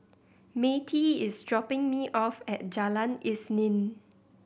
Matie is dropping me off at Jalan Isnin